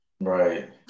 Right